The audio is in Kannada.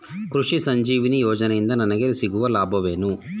ಕೃಷಿ ಸಂಜೀವಿನಿ ಯೋಜನೆಯಿಂದ ನನಗೆ ಸಿಗುವ ಲಾಭವೇನು?